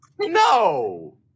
no